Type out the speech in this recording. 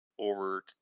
over